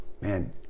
man